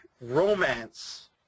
romance